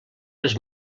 les